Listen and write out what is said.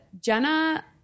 Jenna